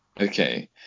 okay